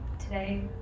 today